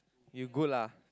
you good lah